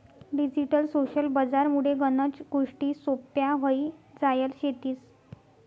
digital social बजार मुळे गनच गोष्टी सोप्प्या व्हई जायल शेतीस